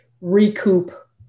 recoup